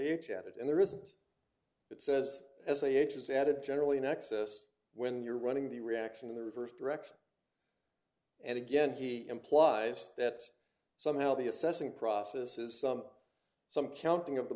it and there isn't it says as a h is added generally in excess when you're running the reaction in the reverse direction and again he implies that somehow the assessing process is some some counting of the